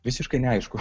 visiškai neaišku